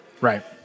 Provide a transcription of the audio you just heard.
Right